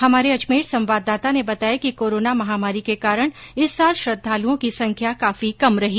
हमारे अजमेर संवाददाता ने बताया कि कोरोना महामारी के कारण इस साल श्रद्वालुओं की संख्या काफी कम रही